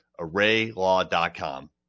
ArrayLaw.com